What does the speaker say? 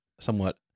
somewhat